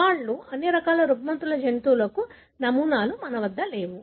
సవాళ్లు అన్ని రుగ్మతలకు జంతువుల నమూనాలు మా వద్ద లేవు